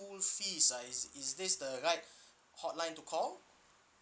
fee I is this the right hotline to call